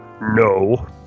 No